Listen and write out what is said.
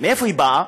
מאיפה היא בא?